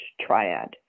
triad